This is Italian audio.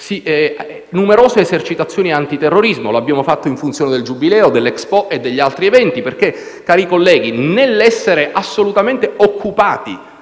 numerose esercitazioni antiterrorismo. Lo abbiamo fatto in funzione del Giubileo, dell'Expo e degli altri eventi. Nell'essere assolutamente occupati